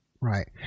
Right